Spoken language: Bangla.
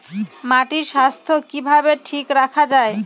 মাটির স্বাস্থ্য কিভাবে ঠিক রাখা যায়?